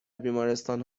بیمارستان